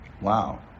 wow